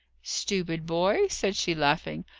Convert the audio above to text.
stupid boy! said she laughing.